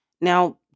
Now